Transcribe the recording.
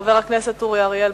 חבר הכנסת אורי אריאל,